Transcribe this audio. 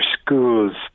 schools